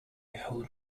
whole